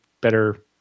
better